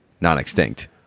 non-extinct